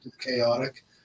chaotic